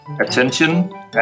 Attention